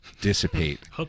dissipate